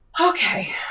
okay